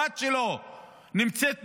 הבת שלו נמצאת בשבי?